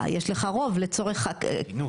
יש לך רב לצורך הכינוס.